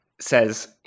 says